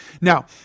Now